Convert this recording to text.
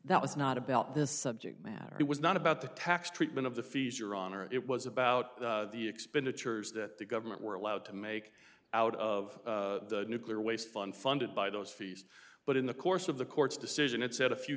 that was not about this subject matter it was not about the tax treatment of the fees your honor it was about the expenditures that the government were allowed to make out of the nuclear waste fund funded by those fees but in the course of the court's decision it said a few